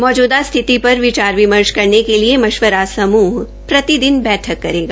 मौजूदा स्थिति पर विचार विमर्श करने के लिए मशवरा समूह प्रतिदिन बैठक करेगा